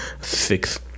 six